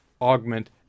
augment